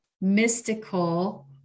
mystical